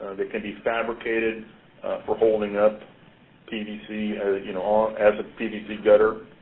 that can be fabricated for holding up pvc you know um as a pvc gutter.